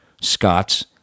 Scots